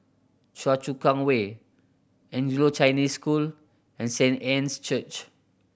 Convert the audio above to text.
Choa Chu Kang Way Anglo Chinese School and Saint Anne's Church